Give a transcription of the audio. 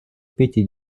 пяти